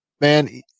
Man